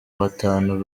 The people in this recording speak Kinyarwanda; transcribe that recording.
batanu